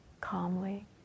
calmly